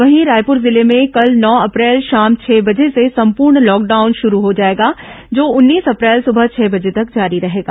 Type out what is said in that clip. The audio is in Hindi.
वहीं रायपुर जिले में कल नौ अप्रैल शाम छह बजे से संपूर्ण लॉकडाउन शुरू हो जाएगा जो उन्नीस अप्रैल सुबह छह बजे तक जारी रहेगा